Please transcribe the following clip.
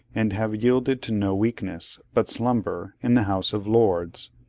and have yielded to no weakness, but slumber, in the house of lords.